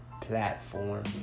platform